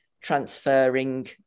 transferring